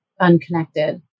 unconnected